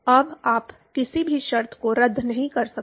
अब आप किसी भी शर्त को रद्द नहीं कर सकते